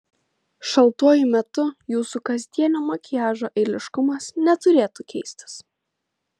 šaltuoju metu jūsų kasdienio makiažo eiliškumas neturėtų keistis